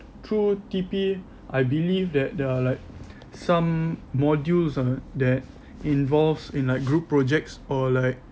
through T_P I believe that there are like some modules that involves in like group projects or like